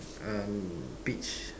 um peach